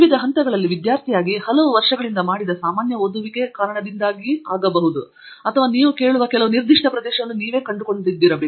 ನೀವು ವಿವಿಧ ಹಂತಗಳಲ್ಲಿ ವಿದ್ಯಾರ್ಥಿಯಾಗಿ ಹಲವು ವರ್ಷಗಳಿಂದ ಮಾಡಿದ ಸಾಮಾನ್ಯ ಓದುವಿಕೆ ಕಾರಣದಿಂದಾಗಿರಬಹುದು ಮತ್ತು ನೀವು ಕೇಳುವ ಕೆಲವು ನಿರ್ದಿಷ್ಟ ಪ್ರದೇಶವನ್ನು ನೀವು ಕಂಡುಕೊಂಡಿದ್ದೀರಿ